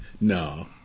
no